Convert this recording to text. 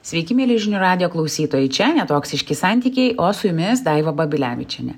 sveiki mieli žinių radijo klausytojai čia netoksiški santykiai o su jumis daiva babilevičienė